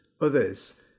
others